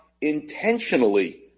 intentionally